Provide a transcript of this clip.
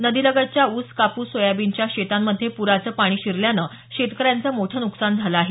नदीलगतच्या ऊस कापूस सोयाबीनच्या शेतांमध्ये प्राचे पाणी शिरल्याने शेतकऱ्यांचं मोठ नुकसान झालं आहे